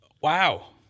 wow